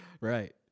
Right